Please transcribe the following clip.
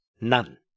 None